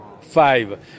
Five